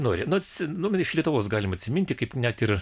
nori nusi nu iš lietuvos galim atsiminti kaip net ir